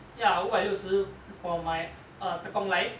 ya 五百六十 for my err tekong life